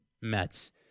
Mets